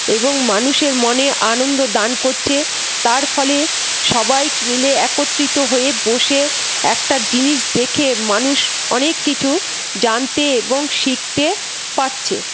এবং মানুষের মনে আনন্দ দান করছে তার ফলে সবাই মিলে একত্রিত হয়ে বসে একটা জিনিস দেখে মানুষ অনেক কিছু জানতে এবং শিখতে পারছে